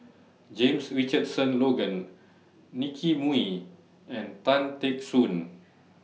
James Richardson Logan Nicky Moey and Tan Teck Soon